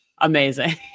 amazing